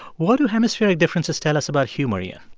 what do hemispheric differences tell us about humor yeah